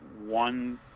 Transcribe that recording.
one